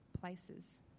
places